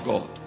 God